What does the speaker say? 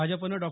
भाजपनं डॉ